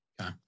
okay